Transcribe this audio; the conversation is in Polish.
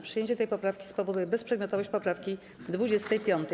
Przyjęcie tej poprawki spowoduje bezprzedmiotowość poprawki 25.